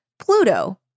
Pluto